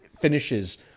finishes